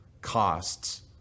costs